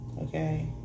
Okay